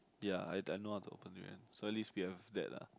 ya I I I know how to open already so at least we have that lah